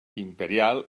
imperial